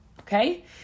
okay